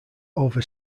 over